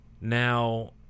Now